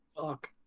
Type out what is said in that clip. Fuck